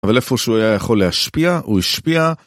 אבל איפה שהוא היה יכול להשפיע, הוא השפיע.